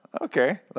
Okay